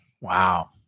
wow